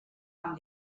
amb